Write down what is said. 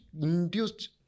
induced